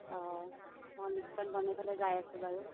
অঁ মই লিষ্টখন বনে ফেলে যাই আছোঁ বাৰু